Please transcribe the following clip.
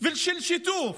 של שיתוף,